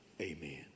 Amen